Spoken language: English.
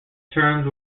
terms